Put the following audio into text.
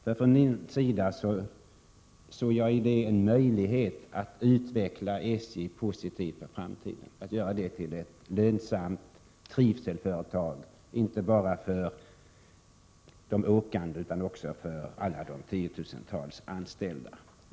För min del såg jag en möjlighet att utveckla SJ positivt i framtiden och göra det till ett lönsamt trivselföretag inte bara för de åkande utan också för alla de tiotusentals anställda.